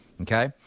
Okay